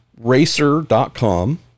Racer.com